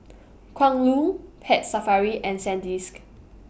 Kwan Loong Pet Safari and Sandisk